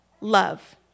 love